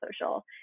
social